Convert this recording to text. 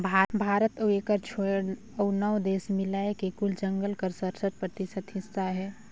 भारत अउ एकर छोंएड़ अउ नव देस मिलाए के कुल जंगल कर सरसठ परतिसत हिस्सा अहे